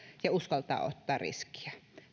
ja uskaltaa ottaa riskiä